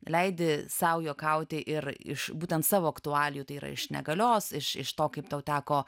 leidi sau juokauti ir iš būtent savo aktualijų tai yra iš negalios iš iš to kaip tau teko